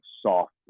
soft